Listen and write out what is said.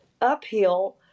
uphill